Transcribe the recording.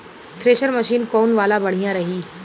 Thresher machine कौन वाला बढ़िया रही?